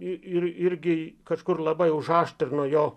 ir irgi kažkur labai užaštrino jo